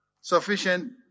sufficient